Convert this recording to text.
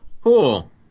Cool